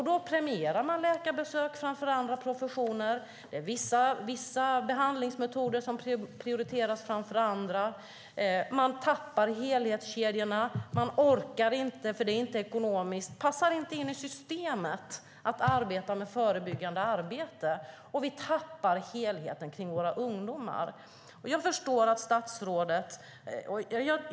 Då premieras läkarbesök framför andra professioner och vissa behandlingsmetoder prioriteras framför andra. Man tappar helhetskedjorna, för det är inte ekonomiskt och passar inte in i systemet med förebyggande arbete, och vi tappar helheten när det gäller våra ungdomar.